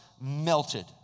melted